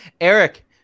Eric